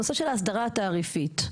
הנושא של האסדרה התעריפית.